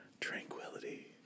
Tranquility